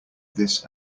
this